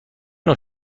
نوع